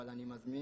אבל אני מזמין,